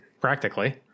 practically